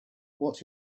what